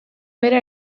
bera